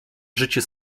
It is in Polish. życie